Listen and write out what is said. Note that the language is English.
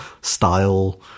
style